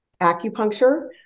acupuncture